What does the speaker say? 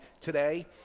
today